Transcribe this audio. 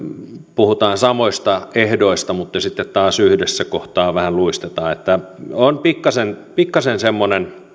puhutaan samoista ehdoista mutta sitten taas yhdessä kohtaa vähän luistetaan niin että on pikkasen semmoinen